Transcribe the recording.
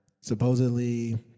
Supposedly